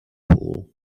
pool